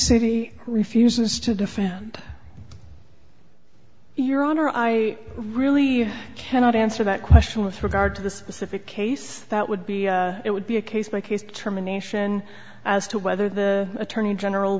city refuses to defend your honor i really cannot answer that question with regard to the specific case that would be it would be a case by case determination as to whether the attorney general